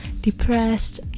depressed